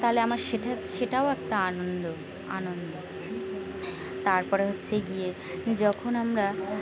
তাহলে আমার সেটা সেটাও একটা আনন্দ আনন্দ তার পরে হচ্ছে গিয়ে যখন আমরা